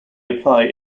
apply